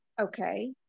okay